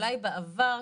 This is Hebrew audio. אולי בעבר,